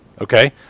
Okay